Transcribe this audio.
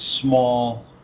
small